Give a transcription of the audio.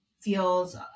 feels